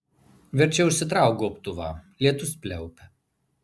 verčiau užsitrauk gobtuvą lietus pliaupia